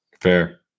Fair